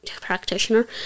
practitioner